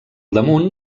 damunt